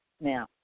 Now